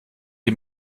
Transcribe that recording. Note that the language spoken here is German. ihm